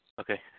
Okay